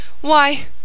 Why